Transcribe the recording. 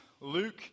Luke